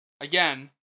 again